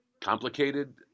complicated